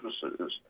services